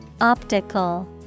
Optical